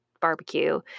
barbecue